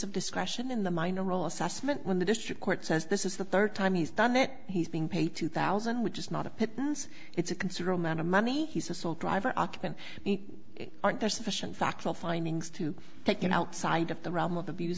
of discretion in the minor role assessment when the district court says this is the third time he's done that he's being paid two thousand which is not a pittance it's a considerable amount of money he's a sole driver occupant aren't there sufficient factual findings to take in outside of the realm of abuse